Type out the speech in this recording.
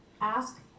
Ask